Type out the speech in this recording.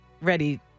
ready